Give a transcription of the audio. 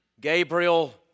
Gabriel